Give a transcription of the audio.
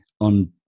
on